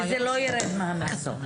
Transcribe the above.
וזה לא יירד מהמכסות.